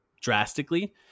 drastically